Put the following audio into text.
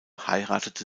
heiratete